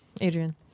Adrian